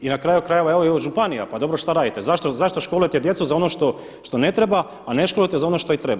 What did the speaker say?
I na kraju krajeva i od županija, pa dobro što radite, zašto školujete djecu za ono što ne treba, a ne školujete za ono što treba.